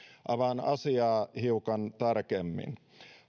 avaan asiaa hiukan tarkemmin